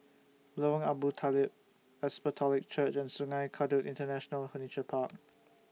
Lorong Abu Talib Apostolic Church and Sungei Kadut International Furniture Park